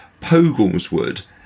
Pogleswood